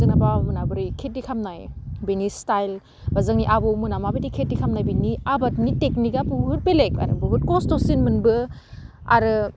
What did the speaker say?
जोंना बाबामोना बोरै खेथि खालामनाय बिनि स्टाइल बा जोंनि आबौमोना माबायदि खेथि खालामनाय बेनि आबादनि टेकनिकआ बुहुत बेलेग आरो बुहुत खस्थ'सिनमोनबो आरो